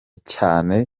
cyane